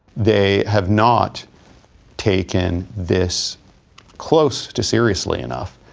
they have not taken this close to seriously enough.